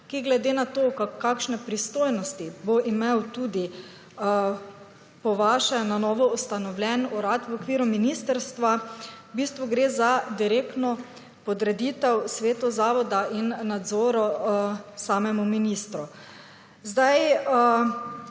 ki glede na to kakšne pristojnosti bo imel tudi po vaše na novoustanovljen urad v okviru ministrstva. V bistvu gre za direktno podreditev svetov zavoda in nadzor samemu ministru.